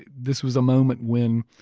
this was a moment when,